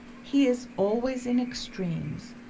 he is always in extremes,